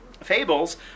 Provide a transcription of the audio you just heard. fables